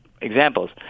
examples